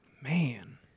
Man